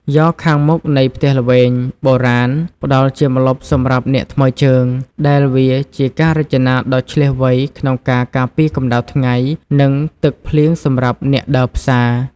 យ៉រខាងមុខនៃផ្ទះល្វែងបុរាណផ្តល់ជាម្លប់សម្រាប់អ្នកថ្មើរជើង ដែលវាជាការរចនាដ៏ឈ្លាសវៃក្នុងការការពារកម្ដៅថ្ងៃ និងទឹកភ្លៀងសម្រាប់អ្នកដើរផ្សារ។